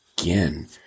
again